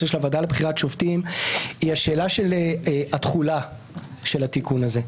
של הוועדה לבחירת שופטים היא השאלה של התחולה של התיקון הזה.